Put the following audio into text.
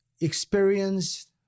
experienced